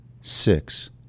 Six